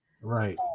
right